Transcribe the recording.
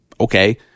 Okay